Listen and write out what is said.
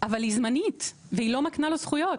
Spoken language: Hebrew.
אבל היא זמנית והיא לא מקנה לו זכויות.